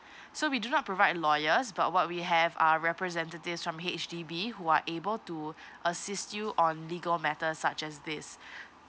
so we do not provide lawyers but what we have are representative from H_D_B who are able to assist you on legal matters such as this